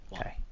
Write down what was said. Okay